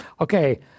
Okay